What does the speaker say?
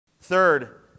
Third